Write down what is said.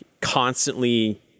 constantly